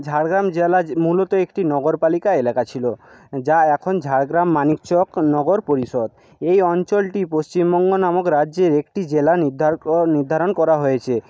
ঝাড়গ্রাম জেলা মূলত একটি নগরপালিকা এলাকা ছিল যা এখন ঝাড়গ্রাম মানিকচক নগর পরিষদ এই অঞ্চলটি পশ্চিমবঙ্গ নামক রাজ্যে একটি জেলা নির্ধারণ করা হয়েছে